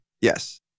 yes